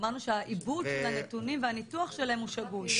אמרנו שהעיבוד של הנתונים והניתוח שלהם הוא שגוי.